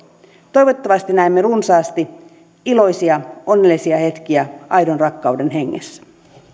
toivottavasti näemme runsaasti iloisia onnellisia hetkiä aidon rakkauden hengessä